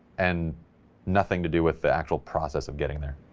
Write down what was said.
and nothing to do with the actual process of getting there,